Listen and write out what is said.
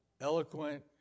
eloquent